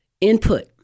Input